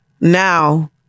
now